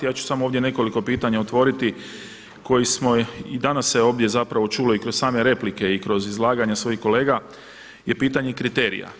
Ja ću samo ovdje nekoliko pitanja koje smo i danas se ovdje zapravo čulo i kroz same replike i kroz izlaganja svojih kolega je pitanje kriterija.